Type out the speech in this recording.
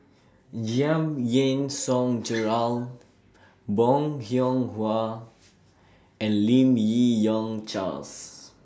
Giam Yean Song Gerald Bong Hiong Hwa and Lim Yi Yong Charles